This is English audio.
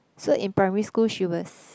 so in primary school she was